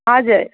हजुर